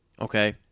okay